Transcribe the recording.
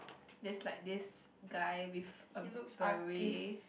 just like this guy with a beret